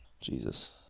jesus